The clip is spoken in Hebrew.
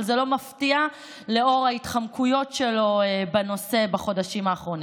אבל זה לא מפתיע לאור ההתחמקויות שלו בנושא בחודשים האחרונים.